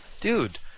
Dude